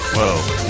Whoa